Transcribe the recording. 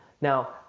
Now